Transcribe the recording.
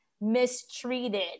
mistreated